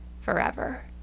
forever